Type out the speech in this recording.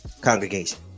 congregation